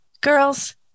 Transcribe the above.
girls